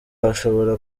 hashobora